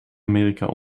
amerika